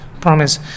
promise